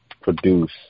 produce